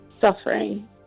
suffering